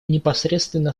непосредственно